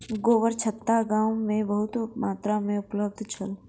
गोबरछत्ता गाम में बहुत मात्रा में उपलब्ध छल